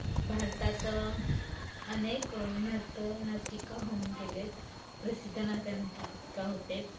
भारतात अनेक नर्त नर्तिका होऊन गेलेत प्रसिद्ध नातनिका होते